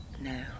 No